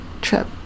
trip